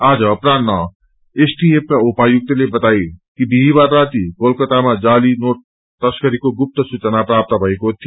आज अपहरान्ह एसटिएु का उपायुक्तले बताए कि बिहीबार राति कोलकातामा जाली नोट तस्करीको गुप्त सूचना प्राप्त भएको थियो